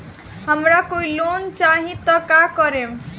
हमरा कोई लोन चाही त का करेम?